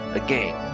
again